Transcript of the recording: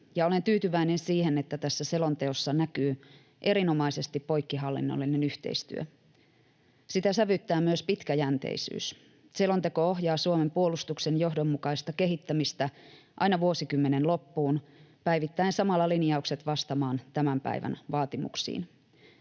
ja olen tyytyväinen siihen, että tässä selonteossa näkyy erinomaisesti poikkihallinnollinen yhteistyö. Sitä sävyttää myös pitkäjänteisyys. Selonteko ohjaa Suomen puolustuksen johdonmukaista kehittämistä aina vuosikymmenen loppuun asti päivittäen samalla linjaukset vastaamaan tämän päivän vaatimuksia.